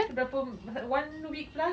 berapa one week plus